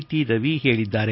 T Ravi ಹೇಳಿದ್ದಾರೆ